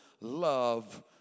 love